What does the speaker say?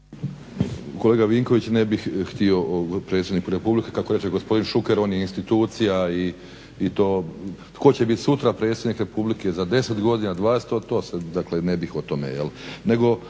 Kolega Vinković, ne bih htio o Predsjedniku Republike. Kako reče gospodin Šuker on je institucija i tko će biti sutra predsjednik Republike, za 10 godina, 20, to sad dakle ne bih o tome.